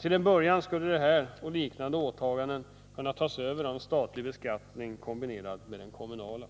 Till en början skulle dessa och liknande åtaganden kunna tas över av en statlig beskattning kombinerad med den kommunala.